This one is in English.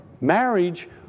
marriage